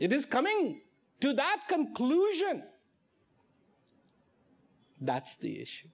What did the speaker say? it is coming to that conclusion that's the issue